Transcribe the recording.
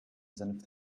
senf